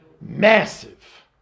massive